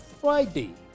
Friday